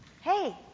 Hey